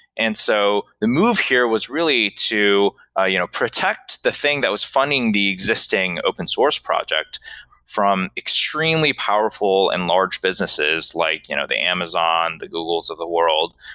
and so the move here was really to ah you know protect the thing that was funding the existing open source project from extremely powerful and large businesses, like you know the amazon, the googles of the world,